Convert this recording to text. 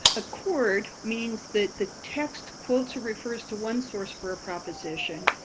accord means that the text quotes or refers to one source for a proposition,